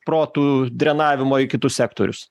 protų drenavimo į kitus sektorius